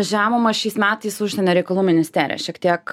žemumą šiais metais užsienio reikalų ministerija šiek tiek